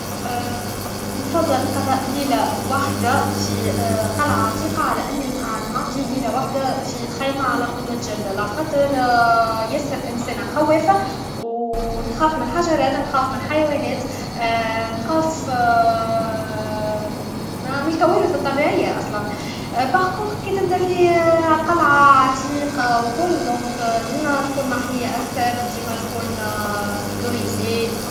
ا نفضل قضاء ليله وحده في قلعه عتيقه على اني نعدي ليله وحده في خيمه على قمة جيل علا خاطر ياسر انسانه خوافه و نخاف من الحشرات نخاف من الحيوانات نخاف من الكوارث الطبيعيه أصلا باغ كونطخ كي تبدا في قلعه عتيقه و كل ديما تكون محميه اكثر ديما تكون سيكوغيزيه